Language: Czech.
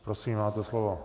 Prosím, máte slovo.